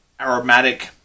aromatic